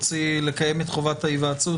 נוסיף סעיף 3(ג).